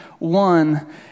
one